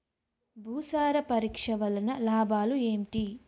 భూసార పరీక్ష వలన లాభాలు ఏంటి?